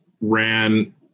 ran